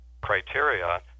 criteria